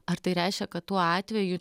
ar tai reiškia kad tuo atveju